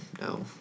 No